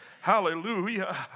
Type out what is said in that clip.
Hallelujah